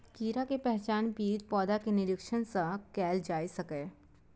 कीड़ा के पहचान पीड़ित पौधा के निरीक्षण सं कैल जा सकैए